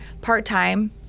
part-time